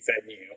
venue